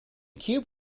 cube